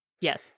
Yes